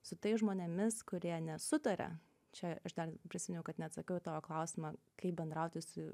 su tais žmonėmis kurie nesutaria čia aš dar prisiminiau kad neatsakiau į tą klausimą kaip bendrauti su